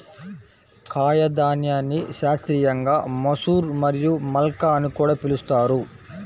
కాయధాన్యాన్ని శాస్త్రీయంగా మసూర్ మరియు మల్కా అని కూడా పిలుస్తారు